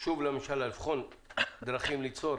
שוב לממשלה לבחון דרכים ליצור